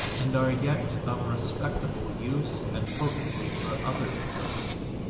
and are yet of respectable use and potency for other purposes.